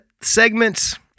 segments